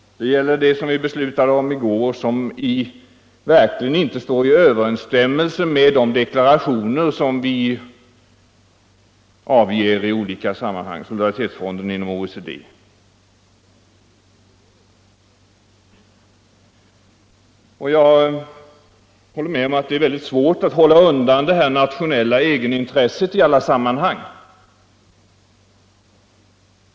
Det gäller det vi beslutade om i går, nämligen solidaritetsfonden inom OECD, som verkligen inte står i överensstämmelse med de deklarationer vi avger i andra sammanhang. Jag håller med om att det är mycket svårt att hålla undan det nationella egenintresset i alla sammanhang.